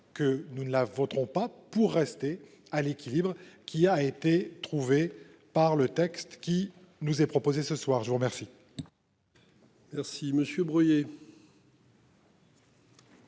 que nous ne la voterons pas pour rester à l'équilibre qui a été trouvé par le texte qui nous est proposé ce soir, je vous remercie.